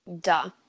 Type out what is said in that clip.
duh